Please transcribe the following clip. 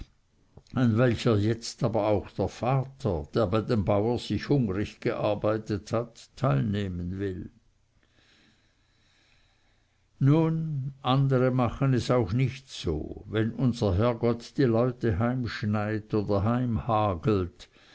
welcher jetzt aber auch der vater der bei dem bauer sich hungrig gearbeitet hat teilnehmen will nun andere machen es auch nicht so wenn unser herrgott die leute heimschneit oder